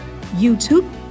YouTube